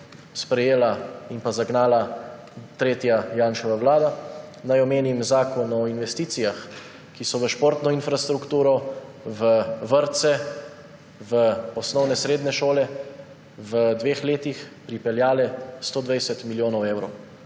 sprejela in zagnala tretja Janševa vlada. Naj omenim Zakon o investicijah, ki so v športno infrastrukturo, v vrtce, v osnovne, srednje šole v dveh letih pripeljale 120 milijonov evrov.